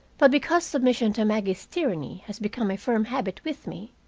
but, because submission to maggie's tyranny has become a firm habit with me,